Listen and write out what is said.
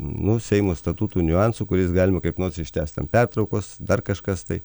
nu seimo statuto niuansų kuriais galima kaip nors ištęst ten pertraukos dar kažkas tai